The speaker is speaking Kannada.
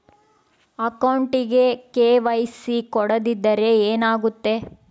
ಅಕೌಂಟಗೆ ಕೆ.ವೈ.ಸಿ ಕೊಡದಿದ್ದರೆ ಏನಾಗುತ್ತೆ?